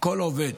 כל עובד